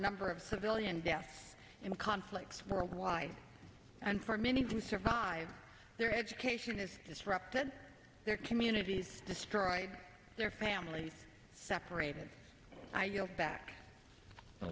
number of civilian deaths in conflicts worldwide and for many can survive their education is disrupted their communities destroyed their families separated i yield back the